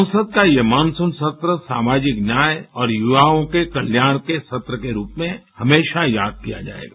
संसद का ये मानसून सत्र सामाजिक न्याय और युवायों के कल्याण के सत्र के रूप में हमेशा याद किया जाएगा